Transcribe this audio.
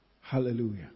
Hallelujah